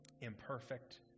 imperfect